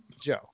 Joe